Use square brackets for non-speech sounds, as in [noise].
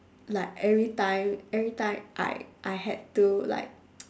like everytime everytime I I had to like [noise]